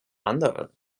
andere